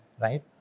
right